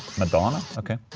madonna? ok.